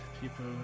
People